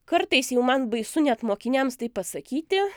kartais jau man baisu net mokiniams tai pasakyti